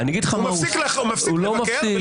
הוא מפסיק לבקר?